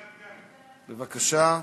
בבקשה.